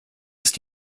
ist